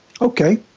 Okay